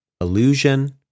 illusion